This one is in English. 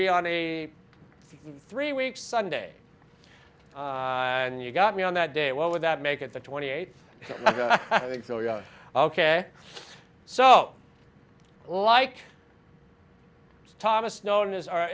be on a three week sunday and you got me on that day what would that make it the twenty eight ok so like